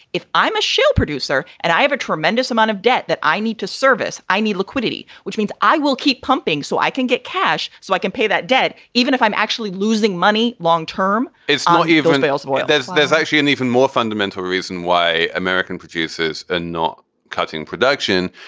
if i'm a shale producer and i have a tremendous amount of debt that i need to service, i need liquidity, which means i will keep pumping so i can get cash so i can pay that debt even if i'm actually losing money long term it's not even when they also point that there's actually an even more fundamental reason why american producers are and not cutting production,